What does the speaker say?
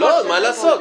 לא, מה לעשות?